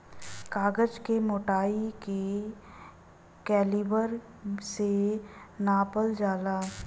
कागज क मोटाई के कैलीबर से नापल जाला